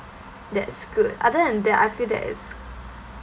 that's good other than that I feel that it's